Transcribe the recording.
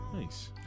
Nice